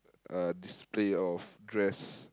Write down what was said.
uh display of dress